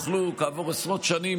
כעבור עשרות שנים,